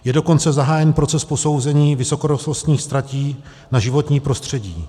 Je dokonce zahájen proces posouzení vysokorychlostních tratí na životní prostředí.